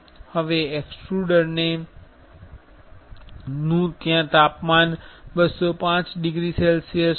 હવે એક્સ્ટ્રુડર નું તાપમાન 205 ડિગ્રી સેલ્સિયસ છે